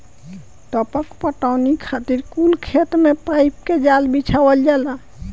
टपक पटौनी खातिर कुल खेत मे पाइप के जाल बिछावल जाला